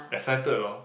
excited or